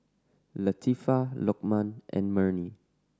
Latifa Lokman and Murni